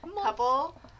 couple